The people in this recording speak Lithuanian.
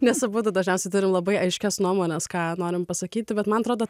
nes abudu dažniausiai turi labai aiškias nuomones ką norime pasakyti bet man atrodo